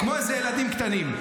כמו איזה ילדים קטנים.